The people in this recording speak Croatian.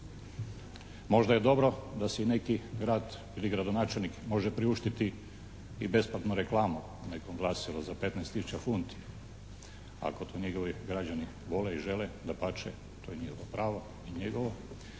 Možda je dobro da si i neki grad ili gradonačelnik može priuštiti i besplatnu reklamu u nekom glasilu za 15 tisuća funti ako to njegovi građani vole i žele, dapače to je njihovo pravo i njegovo,